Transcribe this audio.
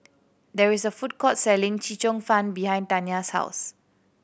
there is a food court selling Chee Cheong Fun behind Tania's house